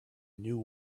new